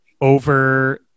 over